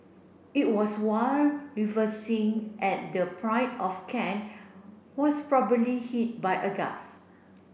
it was while reversing at the Pride of Kent was probably hit by a gust